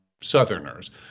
Southerners